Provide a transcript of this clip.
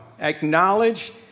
acknowledge